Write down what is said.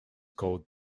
called